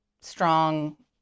strong